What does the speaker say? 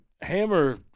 hammer